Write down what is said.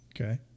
okay